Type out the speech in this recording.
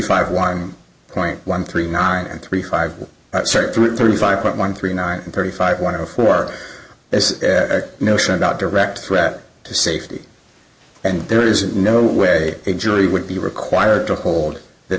five one point one three nine and three five thirty five point one three nine thirty five one zero for this notion about direct threat to safety and there isn't no way a jury would be required to hold th